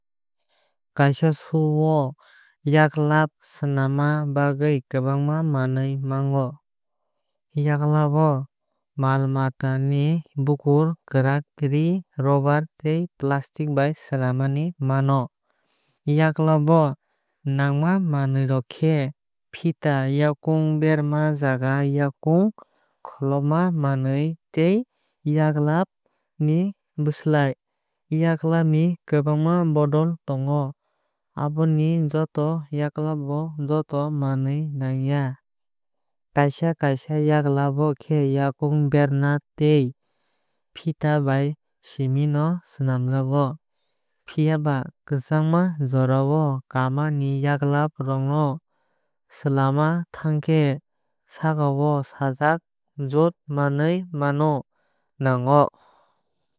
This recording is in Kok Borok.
Kaisa shoe o yaklap swnamna bagwi kwbangma manwi nango. Yaklap rok no mal mata ni bukur kwrak ree rubber tei plastic bai swnammani mano. Yaklap bo nangma manwi rok khe feeta yakung berama jaga yakung kholopma manwi tei yklap ni bwslai. Yaklap ni kwbangma bodol tongo aboni joto yaklap bo joto manwi nang ya. Kaaisa kaaisa yaklap bo khe yakung berama tei feeta bai siming no swnamjago. Phiaba kwchangma jora kama ni yaklap rok no swlamna thankhe sakao sajak joto manwi no nango.